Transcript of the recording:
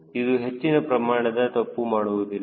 ಇದು ಹೆಚ್ಚಿನ ಪ್ರಮಾಣದ ತಪ್ಪು ಮಾಡುವುದಿಲ್ಲ